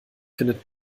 findet